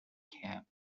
camp